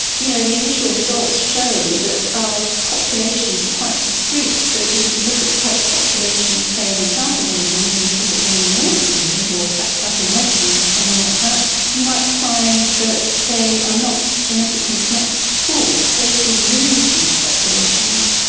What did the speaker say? you know, the initial results show that our populations are quite discrete. so if you were to look at kelp populations, say, in the south of england and you look at them in the north of england or perhaps up in iceland or somewhere like that, you might find that they are not genetically connected at all. so if we lose these populations,